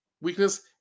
weakness